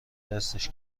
دستش